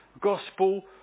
Gospel